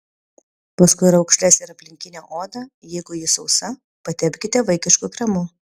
paskui raukšles ir aplinkinę odą jeigu ji sausa patepkite vaikišku kremu